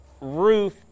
roof